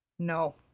no,